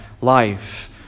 life